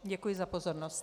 Děkuji za pozornost.